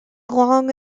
long